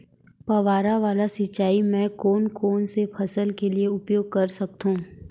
फवारा वाला सिंचाई मैं कोन कोन से फसल के लिए उपयोग कर सकथो?